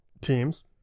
teams